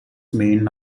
main